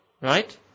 Right